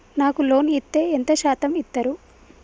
నాకు లోన్ ఇత్తే ఎంత శాతం ఇత్తరు?